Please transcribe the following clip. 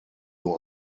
nur